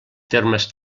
termes